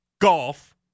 golf